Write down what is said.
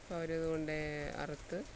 അപ്പം അവരത് കൊണ്ടുപോയി അറുത്ത്